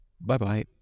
bye-bye